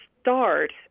start